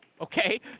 Okay